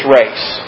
race